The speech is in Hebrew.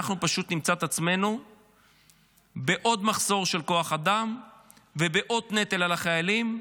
אנחנו פשוט נמצא את עצמנו בעוד מחסור של כוח אדם ובעוד נטל על החיילים.